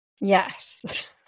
Yes